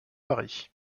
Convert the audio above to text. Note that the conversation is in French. paris